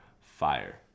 fire